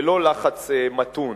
ולא לחץ מתון,